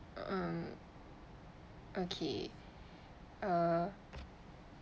um okay uh